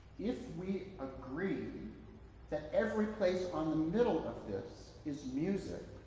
if we agree that every place on the middle of this is music,